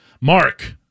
Mark